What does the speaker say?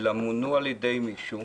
אלא מונו על ידי מישהו.